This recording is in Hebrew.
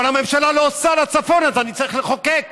אבל הממשלה לא עושה לצפון, אז אני צריך לחוקק.